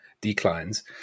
declines